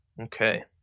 Okay